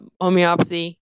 Homeopathy